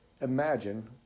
imagine